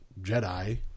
Jedi